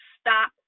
stop